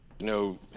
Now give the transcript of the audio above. No